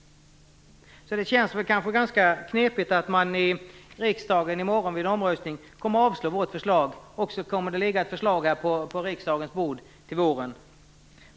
Det känns därför ganska knepigt att man vid riksdagens omröstning i morgon kommer att avslå vårt förslag, och sedan kommer det att ligga ett likadant förslag på riksdagens bord till våren.